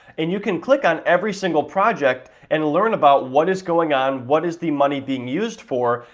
and you can click on every single project and learn about what is going on, what is the money being used for,